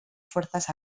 fuerzas